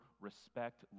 respect